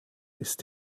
ist